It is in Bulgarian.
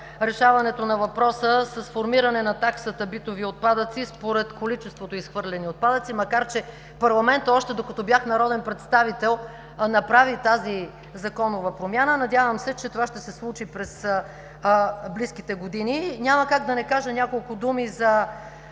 решаването на въпроса с формиране на таксата „битови отпадъци“, според количеството изхвърлени отпадъци, макар че парламентът, още докато бях народен представител, направи тази законова промяна. Надявам се, че това ще се случи през близките години. Няма как да не кажа няколко думи за